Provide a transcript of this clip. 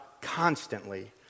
constantly